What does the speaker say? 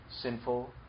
sinful